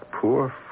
poor